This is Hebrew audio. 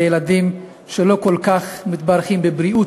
ילדים שלא כל כך מתברכים בבריאות,